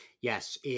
Yes